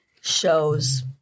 Shows